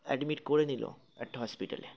admit করে নিল একটা হসপিটালে